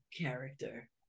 character